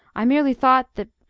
i merely thought that,